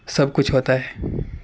سب کچھ ہوتا ہے